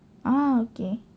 ah okay